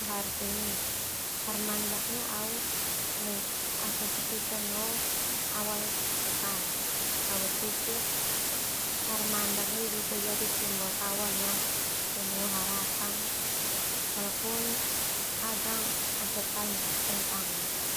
Hari Senin harmandak au mengasosiasikan no awal pekan. Au berpikir harmandak bisa jadi simbol awal no penuh harapan walaupun kadang tantangan.